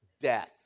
death